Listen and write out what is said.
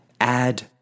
add